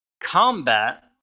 combat